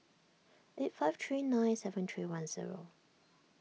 eight five three nine seven three one zero